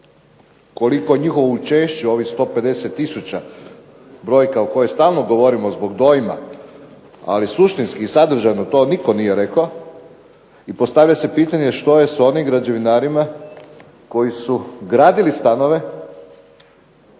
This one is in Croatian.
koliko njihovu učešću ovih 150 tisuća brojka o kojima stalno govorim zbog dojma, ali suštinski, sadržajno to nitko nije rekao i postavlja se pitanje što je sa onim građevinarima koji su gradili stanove,